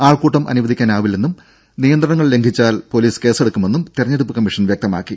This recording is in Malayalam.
ആൾക്കൂട്ടം അനുവദിക്കാനാവില്ലെന്നും നിയന്ത്രണങ്ങൾ ലംഘിച്ചാൽ പൊലീസ് കേസെടുക്കുമെന്നും തെരഞ്ഞെടുപ്പ് കമ്മീഷൻ വ്യക്തമാക്കി